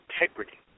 integrity